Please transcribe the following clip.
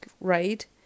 right